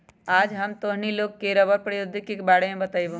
आज हम तोहनी लोग के रबड़ प्रौद्योगिकी के बारे में बतईबो